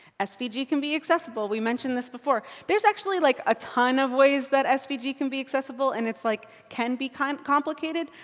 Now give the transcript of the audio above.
ah svg yeah can be accessible. we mentioned this before. there's actually like a ton of ways that svg can be accessible. and it's like. can be kind of complicated.